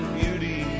beauty